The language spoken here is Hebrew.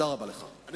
2503/10,